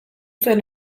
zuen